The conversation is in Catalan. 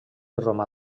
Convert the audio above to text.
romà